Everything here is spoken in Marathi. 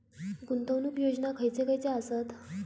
गुंतवणूक योजना खयचे खयचे आसत?